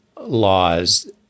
laws